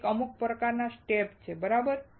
ત્યાં એક અમુક પ્રકારના સ્ટેપ છે બરાબર